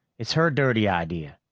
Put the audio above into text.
it's her dirty idea.